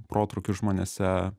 protrūkius žmonėse